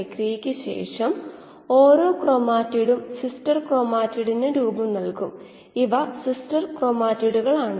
കോശങ്ങൾ പുറത്തുവരാതിരിക്കുക അത്തരം സാഹചര്യങ്ങളിൽ റിയാക്ടർ സ്ഥിരമായ അവസ്ഥയായിരിക്കും ഇത് ഉപയോഗശൂന്യമായ അവസ്ഥയാണ്